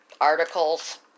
articles